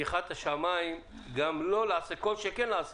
פתיחת השמים גם לא לעסקים, כל שכן לעסקים.